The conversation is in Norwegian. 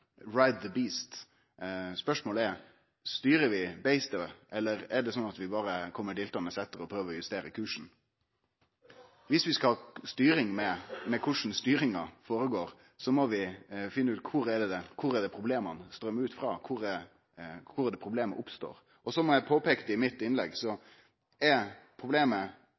beast», er spørsmålet: Styrer vi beistet, eller er det sånn at vi berre kjem diltande etter og prøver å justere kursen? Viss vi skal ha styring med korleis styringa føregår, må vi finne ut kor det er problema strøymer ut, kor det er problema oppstår. Som eg påpeikte i mitt innlegg, er